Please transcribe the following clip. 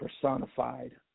personified